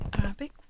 Arabic